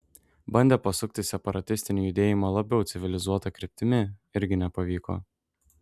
bandė pasukti separatistinį judėjimą labiau civilizuota kryptimi irgi nepavyko